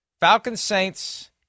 Falcons-Saints